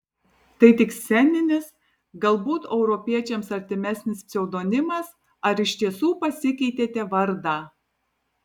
tai tik sceninis galbūt europiečiams artimesnis pseudonimas ar iš tiesų pasikeitėte vardą